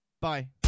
bye